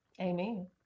Amen